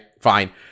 fine